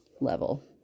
level